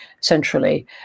centrally